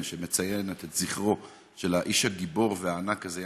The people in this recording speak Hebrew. שמציינת את זכרו של האיש הגיבור והענק הזה,